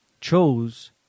chose